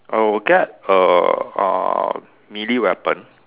I will get a uh melee weapon